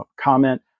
comment